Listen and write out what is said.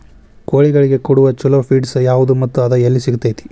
ಕೋಳಿಗಳಿಗೆ ಕೊಡುವ ಛಲೋ ಪಿಡ್ಸ್ ಯಾವದ ಮತ್ತ ಅದ ಎಲ್ಲಿ ಸಿಗತೇತಿ?